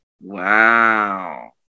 Wow